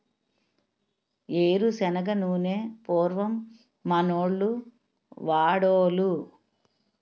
ఏరు శనగ నూనె పూర్వం మనోళ్లు వాడోలు